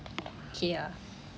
okay ah